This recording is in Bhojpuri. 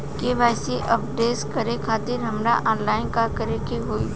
के.वाइ.सी अपडेट करे खातिर हमरा ऑनलाइन का करे के होई?